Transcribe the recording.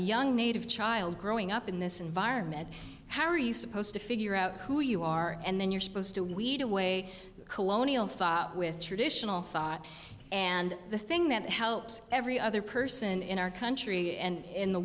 young native child growing up in this environment how are you supposed to figure out who you are and then you're supposed to weed away colonial with traditional thought and the thing that helps every other person in our country and in the